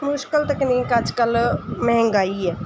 ਮੁਸ਼ਕਿਲ ਤਕਨੀਕ ਅੱਜ ਕੱਲ੍ਹ ਮਹਿੰਗਾਈ ਹੈ